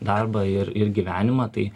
darbą ir ir gyvenimą tai